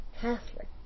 Catholic